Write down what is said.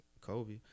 Kobe